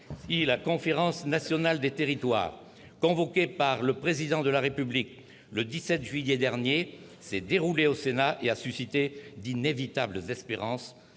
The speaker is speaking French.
si la Conférence nationale des territoires convoquée par le Président de la République le 17 juillet dernier s'est déroulée au Sénat et a suscité d'inévitables espérances